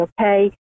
okay